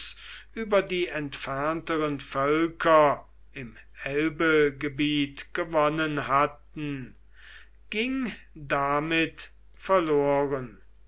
über die entfernteren völker im elbegebiet gewonnen hatten ging damit verloren